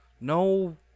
no